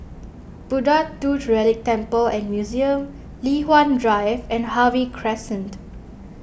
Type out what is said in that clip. Buddha Tooth Relic Temple and Museum Li Hwan Drive and Harvey Crescent